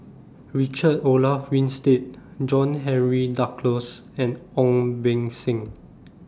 Richard Olaf Winstedt John Henry Duclos and Ong Beng Seng